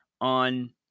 on